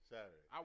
Saturday